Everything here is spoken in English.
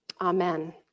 Amen